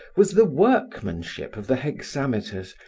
was the workmanship of the hexameters,